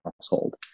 household